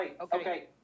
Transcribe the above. okay